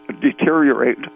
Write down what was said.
deteriorate